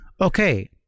Okay